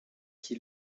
qui